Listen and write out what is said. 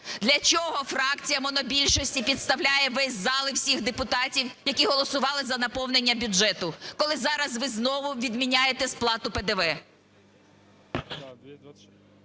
Для чого фракція монобільшості підставляє весь зал і всіх депутатів, які голосували за наповнення бюджету, коли зараз ви знову відміняєте сплату ПДВ?